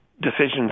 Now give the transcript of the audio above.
decisions